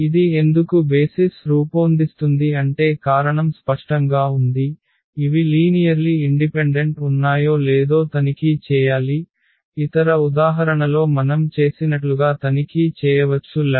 ఇది ఎందుకు బేసిస్ రూపోందిస్తుంది అంటే కారణం స్పష్టంగా ఉంది ఇవి లీనియర్లి ఇండిపెండెంట్ ఉన్నాయో లేదో తనిఖీ చేయాలి ఇతర ఉదాహరణలో మనం చేసినట్లుగా తనిఖీ చేయవచ్చు 112tntn